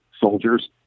soldiers